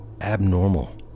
abnormal